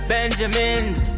Benjamins